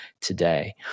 today